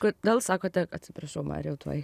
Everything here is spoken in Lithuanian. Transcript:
kodėl sakote atsiprašau marijau tuoj